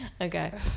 Okay